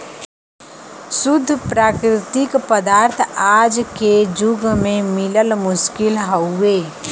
शुद्ध प्राकृतिक पदार्थ आज के जुग में मिलल मुश्किल हउवे